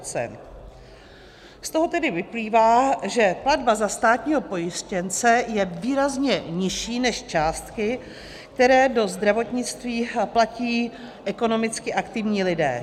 Z toho tedy vyplývá, že platba za státního pojištěnce je výrazně nižší než částky, které do zdravotnictví platí ekonomicky aktivní lidé.